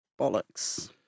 Bollocks